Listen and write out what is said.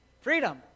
Freedom